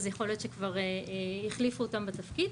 אז יכול להיות שכבר החליפו אותם בתפקיד,